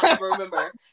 Remember